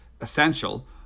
essential